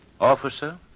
officer